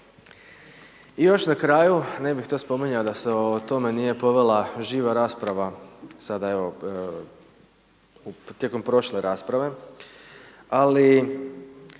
I još na kraju, ne bih to spominjao da se o tome nije povela živa rasprava, sada evo, tijekom prošle rasprave, ali